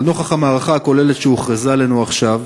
אבל נוכח המערכה הכוללת שהוכרזה עלינו עכשיו,